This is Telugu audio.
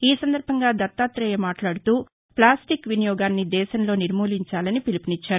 ఈ సందర్భంగా దత్తాతేయ మాట్లాడుతూ ప్లాస్టిక్ వినియోగాన్ని దేశంలో నిర్మూలించాలని పిలుపు నిచ్చారు